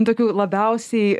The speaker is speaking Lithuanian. tokių labiausiai